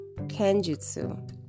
Kenjutsu